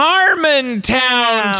Harmontown